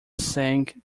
sang